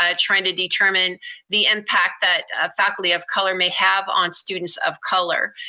um trying to determine the impact that faculty of color may have on students of color.